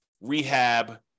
rehab